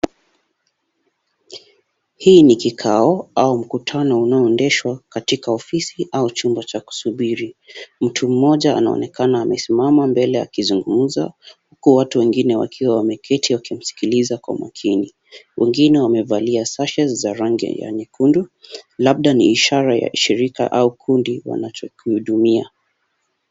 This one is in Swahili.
Hii ni kikao au mkutano unaoendeshwa katika ofisi au chumba cha kusubiri. Mtu mmoja anaonekana amesimama mbele ya kizungumza huku watu wengine wakiwa wameketi wakimsikiliza kwa makini. Wengine wamevalia sashes za rangi ya nyekundu, labda ni ishara ya shirika au kundi wanachokihudumia.